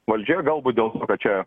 valdžioje galbūt dėl to kad čia